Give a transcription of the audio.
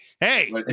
Hey